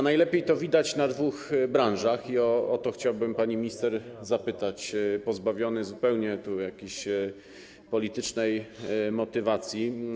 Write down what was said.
Najlepiej to widać w dwóch branżach i o nie chciałbym, pani minister, zapytać, pozbawiony tu zupełnie jakiejś politycznej motywacji.